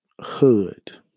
hood